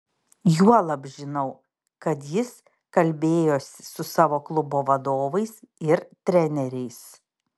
juolab žinau kad jis kalbėjosi su savo klubo vadovais ir treneriais